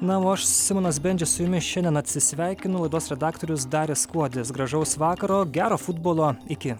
na o aš simonas bendžius su jumis šiandien atsisveikinu laidos redaktorius darius kuodis gražaus vakaro gero futbolo iki